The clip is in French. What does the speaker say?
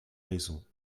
raisons